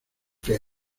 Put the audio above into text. qué